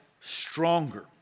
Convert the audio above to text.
stronger